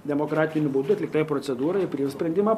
demokratiniu būdu atliktai procedūrai priims sprendimą